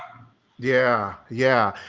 yeah, yeah.